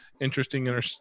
interesting